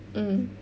mm